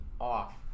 off